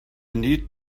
need